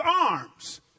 arms